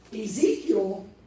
Ezekiel